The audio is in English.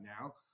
now